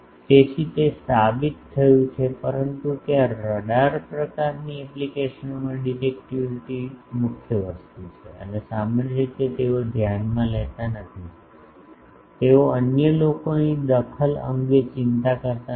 તેથી તે સાબિત થયું છે પરંતુ ત્યાં રડાર પ્રકારની એપ્લિકેશનોમાં ડિરેકટીવીટી મુખ્ય વસ્તુ છે અને સામાન્ય રીતે તેઓ ધ્યાનમાં લેતા નથી તેઓ અન્ય લોકોની દખલ અંગે ચિંતા કરતા નથી